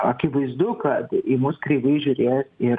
akivaizdu kad į mus kreivai žiūrės ir